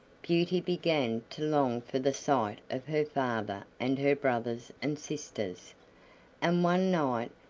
beauty began to long for the sight of her father and her brothers and sisters and one night,